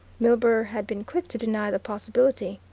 milburgh had been quick to deny the possibility.